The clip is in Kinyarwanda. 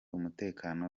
umutekano